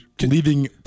leaving